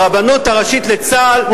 הרבנות הראשית לצה"ל,